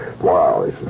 Wow